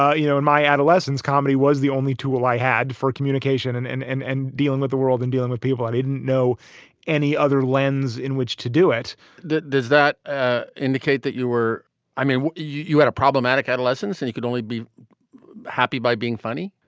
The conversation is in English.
ah you know, in my adolescence, comedy was the only tool i had for communication and and and and dealing with the world and dealing with people. i didn't know any other lens in which to do it does that ah indicate that you were i mean, you had a problematic adolescence and you could only be happy by being funny?